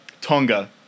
Tonga